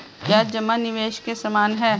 क्या जमा निवेश के समान है?